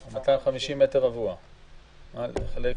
לחובת השמירה על הוראות תקנות אלה, לרבות חובת